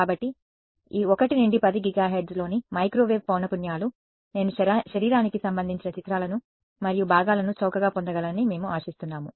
కాబట్టి ఈ 1 నుండి 10 గిగాహెర్ట్జ్లోని మైక్రోవేవ్ పౌనఃపున్యాలు నేను శరీరానికి సంబంధించిన చిత్రాలను మరియు భాగాలను చౌకగా పొందగలనని మేము ఆశిస్తున్నాము